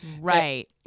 Right